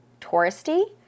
touristy